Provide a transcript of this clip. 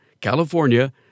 California